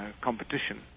competition